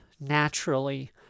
naturally